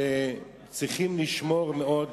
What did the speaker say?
שצריכים לשמור מאוד,